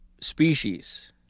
species